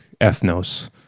ethnos